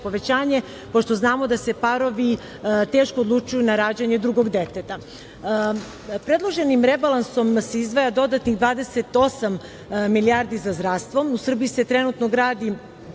povećanje, pošto znamo da se parovi teško odlučuju na rađanje drugog deteta. Predloženim rebalansom se izdvaja dodatnih 28 milijardi za zdravstvo. U Srbiji se trenutno gradi